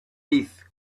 teeth